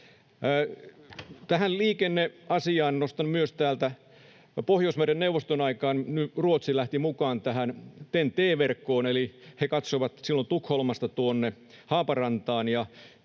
Tähän liikenneasiaan nostan täältä myös, että Pohjoismaiden neuvoston aikaan Ruotsi lähti mukaan tähän TEN-T-verkkoon. He katsoivat silloin Tukholmasta Haaparantaan,